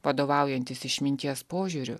vadovaujantis išminties požiūriu